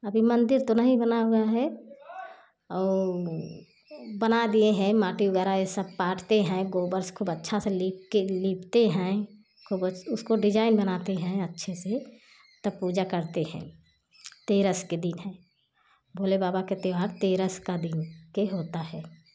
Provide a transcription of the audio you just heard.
अभी मंदिर तो नहीं बना हुआ है और बना दिए है माटी वगैरह ए सब पाटते हैं गोबर से खूब अच्छा से लिख के लीपते हैं खूब अच् उसको डिजाईन बनाते हैं अच्छे से तब पूजा करते हैं तेरस के दिन है भोले बाबा के त्योहार तेरस का दिन के होता है